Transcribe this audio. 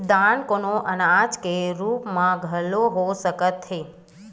दान कोनो अनाज के रुप म घलो हो सकत हे